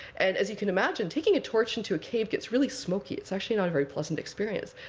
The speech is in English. and as you can imagine, taking a torch into a cave gets really smoky. it's actually not a very pleasant experience.